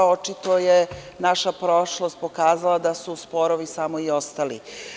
Očito je naša prošlost pokazala da su sporovi samo i ostali.